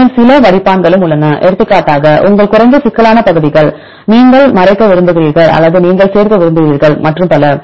பின்னர் சில வடிப்பான்களும் உள்ளன எடுத்துக்காட்டாக உங்கள் குறைந்த சிக்கலான பகுதிகள் நீங்கள் மறைக்க விரும்புகிறீர்கள் அல்லது நீங்கள் சேர்க்க விரும்புகிறீர்கள் மற்றும் பல